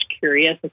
curious